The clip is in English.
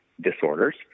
disorders